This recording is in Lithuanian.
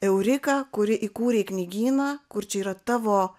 eurika kuri įkūrei knygyną kur čia yra tavo